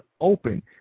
open